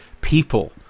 people